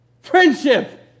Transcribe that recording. Friendship